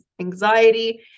anxiety